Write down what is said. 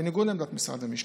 בניגוד לעמדת משרד המשפטים,